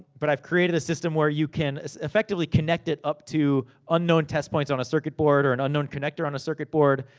but, i've created a system where you can effectively connect it up to unknown test points on a circuit board. or an unknown connector on a circuit board.